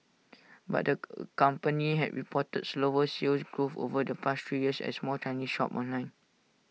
but the company has reported slower Sales Growth over the past three years as more Chinese shop online